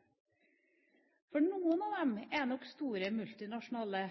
studiesirkel. Noen av dem er nok store multinasjonale